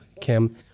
Kim